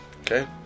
Okay